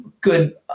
good